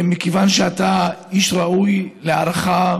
מכיוון שאתה איש ראוי להערכה.